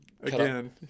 Again